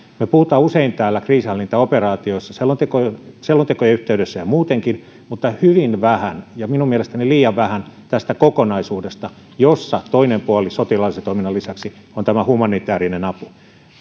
me puhumme usein täällä kriisinhallintaoperaatioista selontekojen selontekojen yhteydessä ja muutenkin mutta hyvin vähän ja minun mielestäni liian vähän tästä kokonaisuudesta jossa toinen puoli sotilaallisen toiminnan lisäksi on tämä humanitäärinen apu